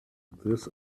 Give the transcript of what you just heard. this